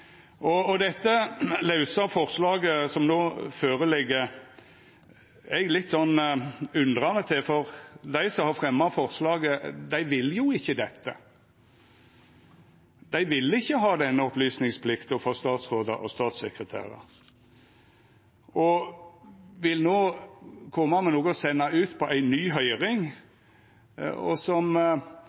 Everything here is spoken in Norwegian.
forslaget som no ligg føre, er eg litt undrande til, for dei som har fremja forslaget, vil jo ikkje dette. Dei vil ikkje ha denne opplysningsplikta for statsrådar og statssekretærar og vil at ein skal greia ut og senda noko på ei ny høyring. Som